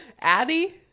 Addie